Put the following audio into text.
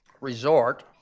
resort